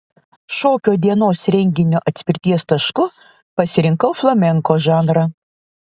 šokio dienos renginio atspirties tašku pasirinkau flamenko žanrą